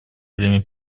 время